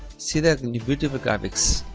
see that and innovative graphics